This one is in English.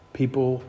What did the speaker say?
people